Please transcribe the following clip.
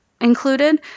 included